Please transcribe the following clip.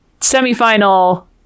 semi-final